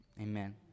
Amen